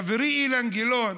חברי אילן גילאון